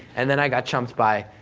and then i got chumped by,